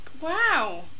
Wow